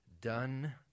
done